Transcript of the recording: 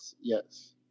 yes